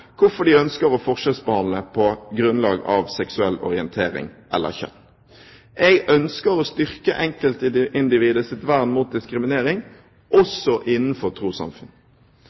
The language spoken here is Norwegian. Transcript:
hvorfor de ønsker å forskjellsbehandle på grunnlag av seksuell orientering eller kjønn. Jeg ønsker å styrke enkeltindividets vern mot diskriminering – også innenfor trossamfunn.